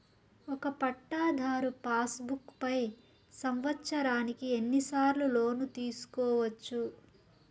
ఒక పట్టాధారు passbook పై సంవత్సరానికి ఎన్ని సార్లు లోను తీసుకోవచ్చు?